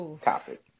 topic